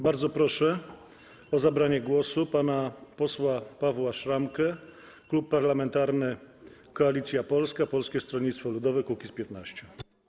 Bardzo proszę o zabranie głosu pana posła Pawła Szramkę, Klub Parlamentarny Koalicja Polska - Polskie Stronnictwo Ludowe - Kukiz15.